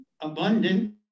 abundant